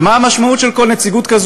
ומה המשמעות של כל נציגות כזו?